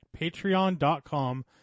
patreon.com